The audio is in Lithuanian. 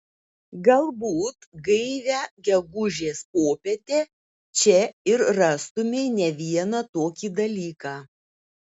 galbūt gaivią gegužės popietę čia ir rastumei ne vieną tokį dalyką